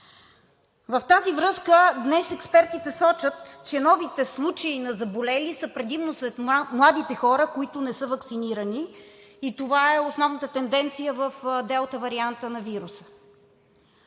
В тази връзка днес експертите сочат, че новите случаи на заболели са предимно сред младите хора, които не са ваксинирани, и това е основната тенденция в Делта варианта на вируса.